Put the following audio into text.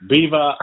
Viva